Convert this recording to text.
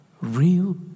Real